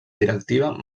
directiva